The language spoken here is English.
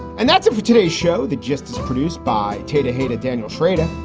and that's it for today's show, the gist is produced by tenderhearted daniel trada.